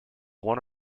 one